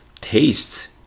tastes